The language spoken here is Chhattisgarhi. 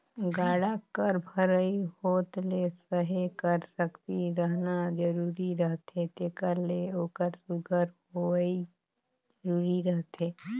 गाड़ा कर भरई होत ले सहे कर सकती रहना जरूरी रहथे तेकर ले ओकर सुग्घर होवई जरूरी रहथे